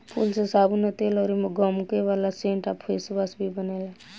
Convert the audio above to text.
फूल से साबुन आ तेल अउर गमके वाला सेंट आ फेसवाश भी बनेला